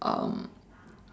um